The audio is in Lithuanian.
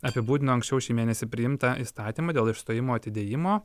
apibūdino anksčiau šį mėnesį priimtą įstatymą dėl išstojimo atidėjimo